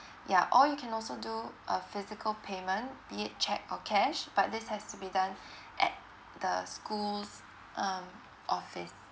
yeah or you can also do a physical payment be it cheque or cash but this has to be done at the schools um office